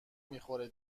میخوره